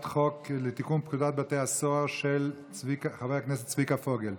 לתיקון פקודת בתי הסוהר של חבר הכנסת צביקה פוגל.